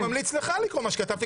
אני ממליץ לך לקרוא מה שכתבתי,